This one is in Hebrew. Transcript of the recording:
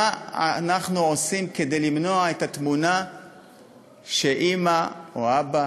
מה אנחנו עושים כדי למנוע את התמונה שאימא או אבא